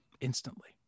Instantly